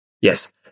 Yes